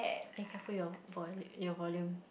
eh careful your vol~ your volume